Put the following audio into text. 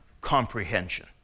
comprehension